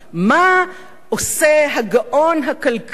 מה עושה הגאון הכלכלי,